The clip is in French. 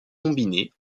combinée